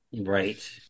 right